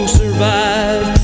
survive